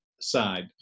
side